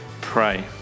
pray